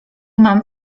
mam